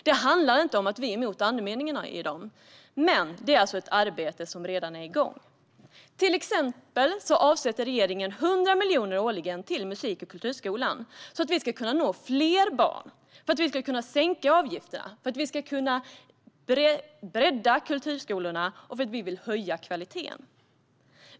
Det handlar inte om att vi är emot andemeningarna i motionerna, men det är ett arbete som redan är igång. Till exempel avsätter regeringen 100 miljoner årligen till musik och kulturskolan så att fler barn kan nås, för att sänka avgifterna, bredda kulturskolorna och höja kvaliteten.